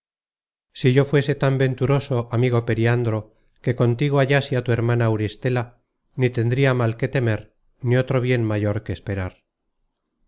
si yo fuese tan venturoso amigo periandro que contigo hallase á tu hermana auristela ni tendria mal que temer ni otro bien mayor que esperar